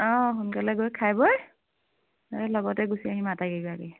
অঁ সোনকালে গৈ খাই বৈ লগতে এই লগতে গুচি আহিম আটাইকেইগৰাকী